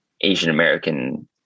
Asian-American